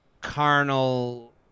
carnal